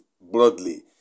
broadly